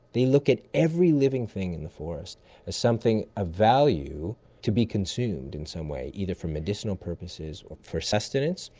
they look at every living thing in the forest as something of value to be consumed in some way, either for medicinal purposes, for sustenance,